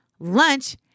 lunch